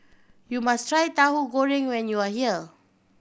you must try Tauhu Goreng when you are here